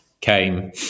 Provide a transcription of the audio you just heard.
came